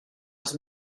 els